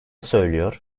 söylüyor